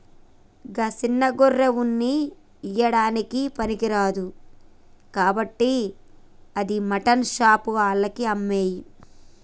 గా సిన్న గొర్రె ఉన్ని ఇయ్యడానికి పనికిరాదు కాబట్టి అది మాటన్ షాప్ ఆళ్లకి అమ్మేయి